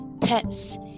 pets